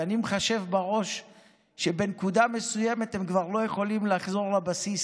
ואני מחשב בראש שבנקודה מסוימת הם כבר לא יכולים לחזור לבסיס,